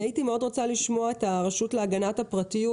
אני רוצה לשמוע את הרשות להגנת הפרטיות.